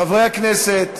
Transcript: חברי הכנסת.